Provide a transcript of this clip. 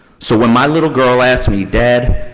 so when my little girl asks me, dad,